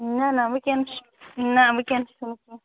نہَ نہَ وُنکٮ۪ن چھِ نہَ وُنکٮ۪ن چھِنہٕ